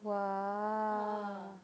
!wah!